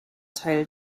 teil